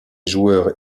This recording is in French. joueurs